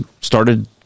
started